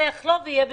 זה יחלוף ויהיה בסדר.